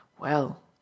Well